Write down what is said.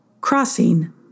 crossing